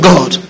God